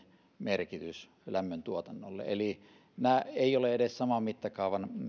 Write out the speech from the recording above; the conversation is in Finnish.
merkitys lämmön tuotannolle eli nämä eivät ole edes saman mittakaavan